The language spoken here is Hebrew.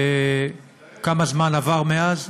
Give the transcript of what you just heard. כמה זמן עבר מאז?